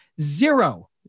zero